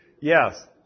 Yes